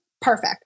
Perfect